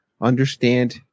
understand